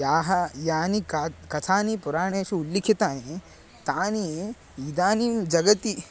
याः याः काः कथाः पुराणेषु उल्लिखितानि तानि इदानीं जगति